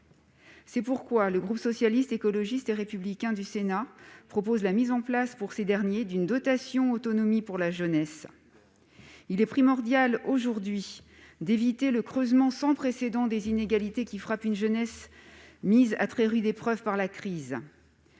C'est pourquoi le groupe Socialiste, Écologiste et Républicain du Sénat propose la mise en place d'une dotation d'autonomie pour la jeunesse. Il est aujourd'hui primordial d'éviter le creusement sans précédent des inégalités qui frappent une jeunesse mise à très rude épreuve par la crise.